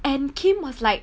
and kim was like